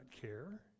care